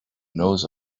knows